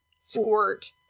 squirt